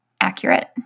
accurate